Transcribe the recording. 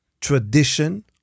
tradition